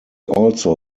also